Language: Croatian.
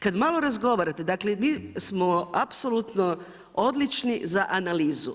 Kad malo razgovarate, dakle, mi smo apsolutno odlični za analizu.